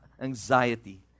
anxiety